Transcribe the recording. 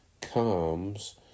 comes